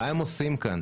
מה הם עושים כאן?